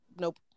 Nope